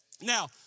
Now